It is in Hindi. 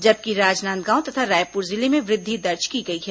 जबकि राजनांदगांव तथा रायपुर जिले में वृद्धि दर्ज की गई है